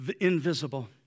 invisible